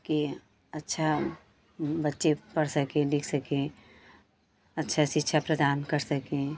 कि अच्छा बच्चे पढ़ सकें लिख सकें अच्छा शिक्षा प्रदान कर सकें